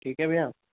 ठीक है भय्या